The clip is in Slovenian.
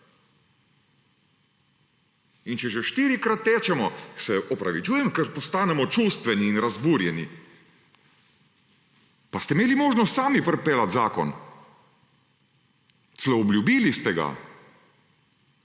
Če že štirikrat tečemo, se opravičujem, ker postanemo čustveni in razburjeni. Pa ste imeli možnost sami pripeljati zakon; celo obljubili ste ga,